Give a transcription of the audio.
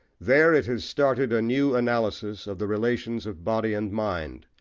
there it has started a new analysis of the relations of body and mind,